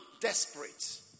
desperate